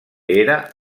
era